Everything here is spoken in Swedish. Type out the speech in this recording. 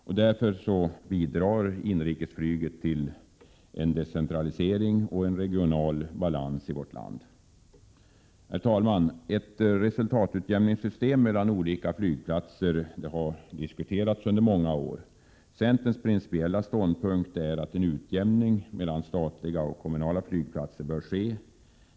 På så sätt bidrar inrikesflyget till decentralisering och regional balans i vårt land. Herr talman! System för resultatutjämning mellan olika flygplatser har diskuterats under många år. Centerns principiella ståndpunkt är att en utjämning mellan statliga och kommunala flygplatser bör ske.